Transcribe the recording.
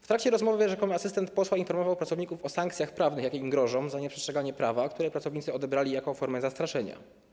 W trakcie rozmowy rzekomy asystent posła informował pracowników o sankcjach prawnych, jakie grożą im za nieprzestrzeganie prawa, co pracownicy odebrali jako formę zastraszenia.